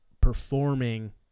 performing